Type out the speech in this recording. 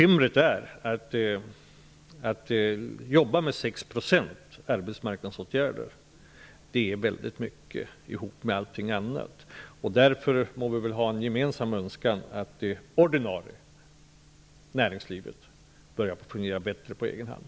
Men att behöva jobba med 6 % arbetsmarknadsåtgärder, sammantaget med allt annat, är väldigt mycket. Det är ett bekymmer. Vi må därför ha en gemensam önskan att det ordinarie näringslivet börjar fungera bättre på egen hand.